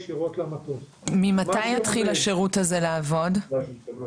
יש גם מציאות שבה אנחנו חיים בשכונה המזרח-תיכונית שלנו.